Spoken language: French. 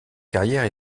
carrière